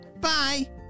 Bye